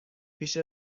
پیش